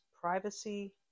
privacy